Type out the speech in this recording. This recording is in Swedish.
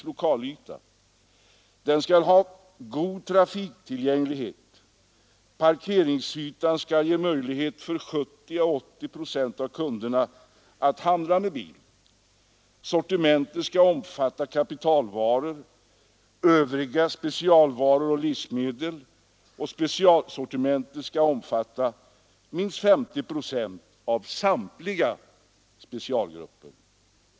lokalyta, den skall ha god trafiktillgänglighet, parkeringsytan skall ge möjlighet för 70 å 80 procent av kunderna att handla med bil. Sortimentet skall omfatta kapitalvaror, övriga specialvaror och livsmedel, och specialsortimentet skall omfatta minst 50 procent av samtliga specialgrupper.